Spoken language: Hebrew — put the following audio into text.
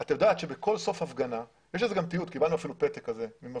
את יודעת שבסוף כל הפגנה יש לזה תיעוד וגם קיבלנו פתק על זה ממפגינים